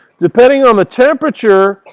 depending on the temperature,